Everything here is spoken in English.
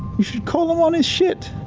you should call him on his shit.